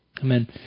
Amen